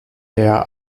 der